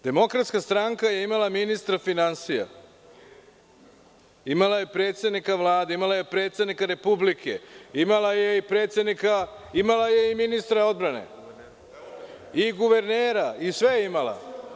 Demokratska stranka je imala ministra finansija, imala je predsednika Vlade, predsednika Republike, imala je i ministra odbrane i guvernera i sve je imala.